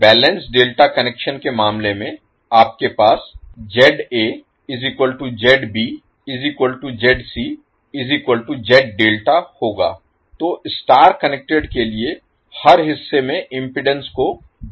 balanced delta connection के मामले में आपके पास होगा तो स्टार कनेक्टेड के लिए हर हिस्से में इम्पीडेन्स को कहेंगे